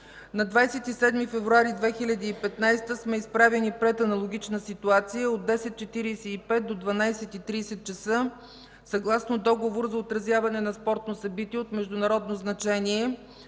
На 27 февруари 2015 г. сме изправени пред аналогична ситуация – от 10,45 ч. до 12,30 ч., съгласно Договор за отразяване на спортно събитие от международно значение,